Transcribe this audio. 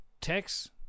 text